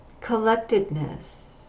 collectedness